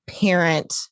parent